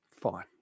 Fine